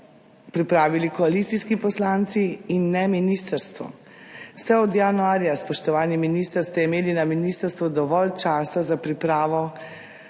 pripravili koalicijski poslanci in ne ministrstvo. Vse od januarja, spoštovani minister, ste imeli na ministrstvu dovolj časa za pripravo